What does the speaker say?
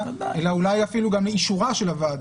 ואולי אפילו גם לאישורה של הוועדה,